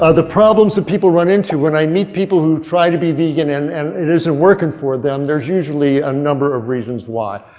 ah the problems that people run into. when i meet people who try to be vegan and it isn't working for them, there's usually a number of reasons why.